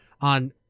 on